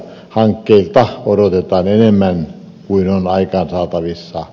hankkeilta odotetaan enemmän kuin on aikaansaatavissa